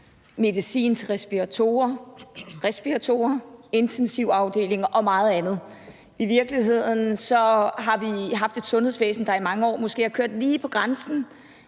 i respiratorer, intensivafdelinger og meget andet. I virkeligheden har vi måske haft et sundhedsvæsen, der i mange år har kørt lige på grænsen.